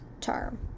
term